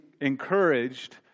encouraged